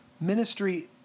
ministry